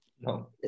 No